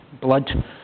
blood